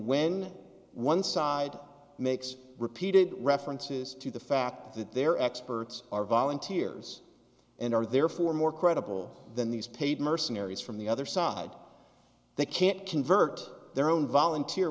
when one side makes repeated references to the fact that their experts are volunteers and are therefore more credible than these paid mercenaries from the other side they can't convert their own volunteer